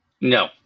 No